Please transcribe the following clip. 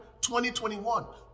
2021